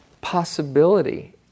possibility